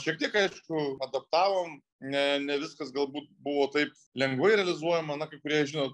šiek tiek aišku adaptavom ne ne viskas galbūt buvo taip lengvai realizuojama na kai kurie žinot